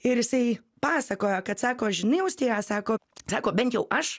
ir jisai pasakojo kad sako žinai austėja sako sako bent jau aš